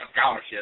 scholarship